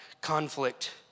conflict